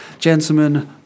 Gentlemen